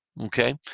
Okay